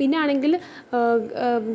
പിന്നെ ആണെങ്കിൽ